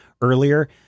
earlier